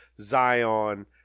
Zion